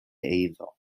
eiddo